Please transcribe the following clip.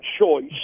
Choice